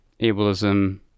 ableism